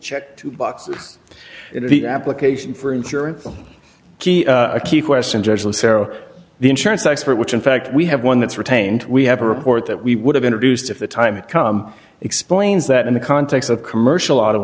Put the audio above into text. check two boxes if the application for insurance key a key question judge will sarah the insurance expert which in fact we have one that's retained we have a report that we would have introduced at the time it come explains that in the context of commercial auto